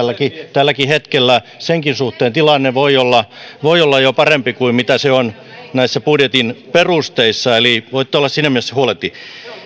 tälläkin hetkellä senkin suhteen tilanne voi olla jo parempi kuin mitä se on näissä budjetin perusteissa eli voitte olla siinä mielessä huoleti